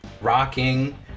rocking